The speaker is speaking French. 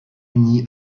uni